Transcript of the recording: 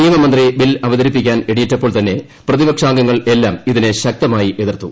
നിയമ മന്ത്രി ബിൽ അവതരിപ്പിക്കാൻ എണീറ്റപ്പോൾ തന്നെ പ്രതിപക്ഷാംഗങ്ങൾ എല്ലാം ഇതിനെ ശക്തമായി എതിർത്തു